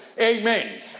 amen